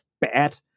bad